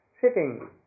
sitting